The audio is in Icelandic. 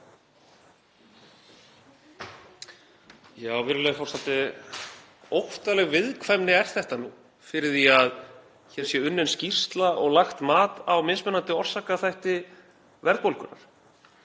Virðulegur forseti. Óttaleg viðkvæmni er þetta nú fyrir því að hér sé unnin skýrsla og lagt mat á mismunandi orsakaþætti verðbólgunnar.